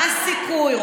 מה הסיכוי,